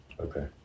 Okay